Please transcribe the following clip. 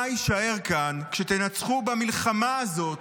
מה יישאר כאן כשתנצחו במלחמה הזאת